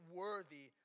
worthy